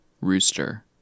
rooster